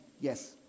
yes